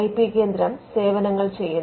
I P കേന്ദ്രം സേവനങ്ങൾ ചെയ്യുന്നു